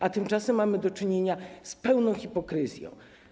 A tymczasem mamy do czynienia z pełną hipokryzją.